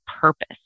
purpose